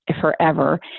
forever